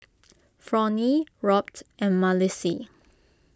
Fronie Robt and Malissie